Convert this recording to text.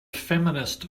feminist